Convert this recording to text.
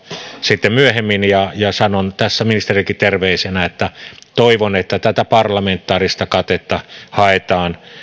sitten myöhemmin ja ja sanon tässä ministerillekin terveisinä että toivon että tätä parlamentaarista katetta haetaan